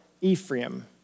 Ephraim